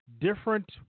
different